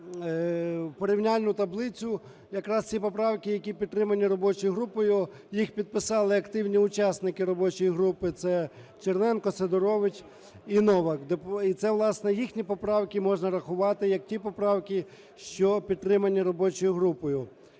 в порівняльну таблицю. Якраз ці поправки, які підтримані робочою групою, їх підписали активні учасники робочої групи – це Черненко, Сидорович і Новак. І, власне, їхні поправки можна рахувати як ті поправки, що підтримані робочою групою.